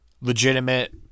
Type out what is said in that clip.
legitimate